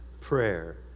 prayer